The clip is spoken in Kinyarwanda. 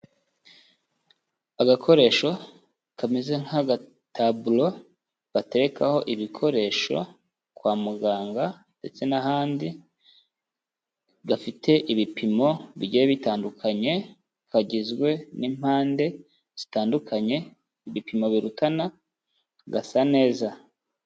Agakoresho kameze nk'agataburo baterekaho ibikoresho kwa muganga ndetse n'ahandi gafite ibipimo bigiye bitandukanye, kagizwe n'impande zitandukanye, ibipimo birutana, gasa neza.